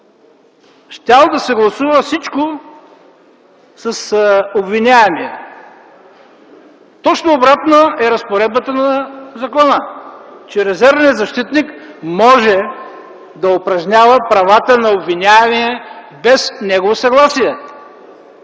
щял да съгласува всичко с обвиняемия. Точно обратна е разпоредбата на закона, че резервният защитник може да упражнява правата на обвиняемия без негово съгласие,